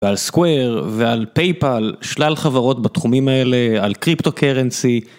ועל סקואר, ועל פייפאל, שלל חברות בתחומים האלה, על קריפטו קרנסי.